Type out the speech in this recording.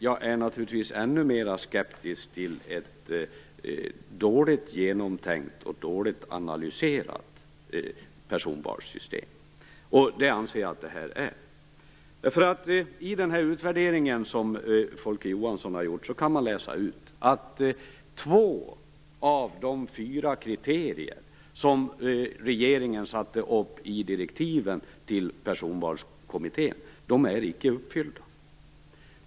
Jag är naturligtvis ännu mera skeptisk till ett dåligt genomtänkt och dåligt analyserat personvalssystem, och det anser jag att detta är. I Folke Johanssons utvärdering kan man utläsa att två av de fyra kriterier som regeringen angav i direktiven till Personvalskommittén icke är uppfyllda.